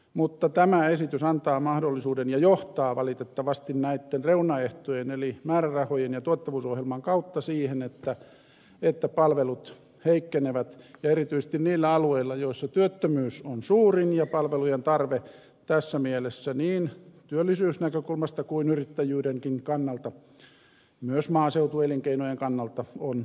mutta tämä esitys antaa mahdollisuuden ja johtaa valitettavasti näitten reunaehtojen eli määrärahojen ja tuottavuusohjelman kautta siihen että palvelut heikkenevät ja erityisesti niillä alueilla missä työttömyys on suurin ja palvelujen tarve tässä mielessä niin työllisyysnäkökulmasta kuin yrittäjyydenkin kannalta ja myös maaseutuelinkeinojen kannalta suurin